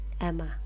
Emma